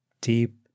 deep